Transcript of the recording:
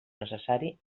necessari